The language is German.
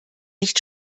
nicht